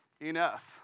enough